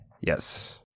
Yes